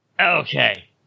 Okay